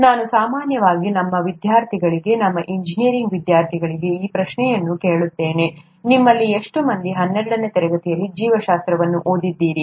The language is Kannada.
ನಾನು ಸಾಮಾನ್ಯವಾಗಿ ನಮ್ಮ ವಿದ್ಯಾರ್ಥಿಗಳಿಗೆ ನಮ್ಮ ಎಂಜಿನಿಯರಿಂಗ್ ವಿದ್ಯಾರ್ಥಿಗಳಿಗೆ ಈ ಪ್ರಶ್ನೆಯನ್ನು ಕೇಳುತ್ತೇನೆ ನಿಮ್ಮಲ್ಲಿ ಎಷ್ಟು ಮಂದಿ ಹನ್ನೆರಡನೇ ತರಗತಿಯಲ್ಲಿ ಜೀವಶಾಸ್ತ್ರವನ್ನು ಓದಿದ್ದೀರಿ